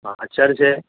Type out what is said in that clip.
ہاں چرچ ہے